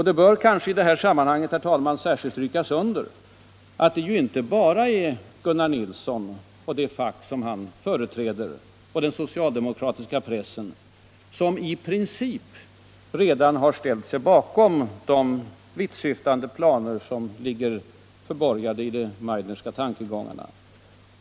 Det bör kanske i detta sammanhang, herr talman, särskilt understrykas att det ju inte bara är Gunnar Nilsson, det fack han företräder och den socialdemokratiska pressen som i princip redan har ställt sig bakom de vittsyftande planer som ligger förborgade i de Meidnerska tankegångarna.